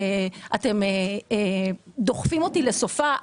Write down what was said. ואתם דוחפים אותי לסופה.